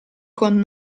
con